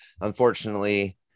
unfortunately